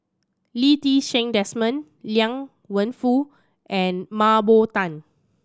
Lee Ti Seng Desmond Liang Wenfu and Mah Bow Tan